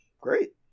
great